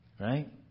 Right